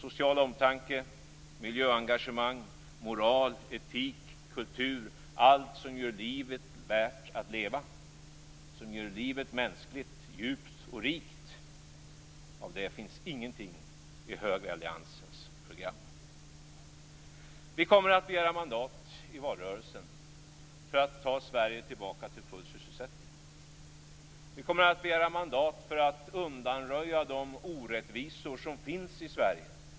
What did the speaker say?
Social omtanke, miljöengagemang, moral, etik, kultur, allt som gör livet värt att leva, allt som gör livet mänskligt, djupt och rikt - av detta finns ingenting i högeralliansens program.